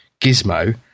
gizmo